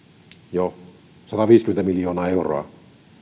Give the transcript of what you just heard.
jo sataviisikymmentä miljoonaa euroa